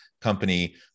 company